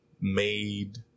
made